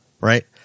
Right